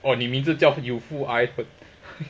哦你名字叫 youthful ipad